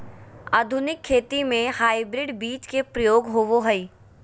आधुनिक खेती में हाइब्रिड बीज के प्रयोग होबो हइ